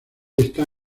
está